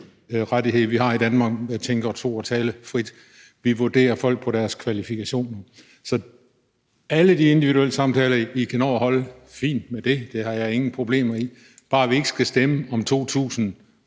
frihedsrettighed, vi har i Danmark med at tænke, tro og tale frit. Vi vurderer folk på deres kvalifikationer. Det er fint med alle de individuelle samtaler, I kan nå at holde, det har jeg ingen problemer med, bare vi ikke skal stemme om 2.000